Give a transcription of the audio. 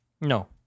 No